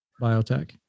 biotech